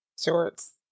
shorts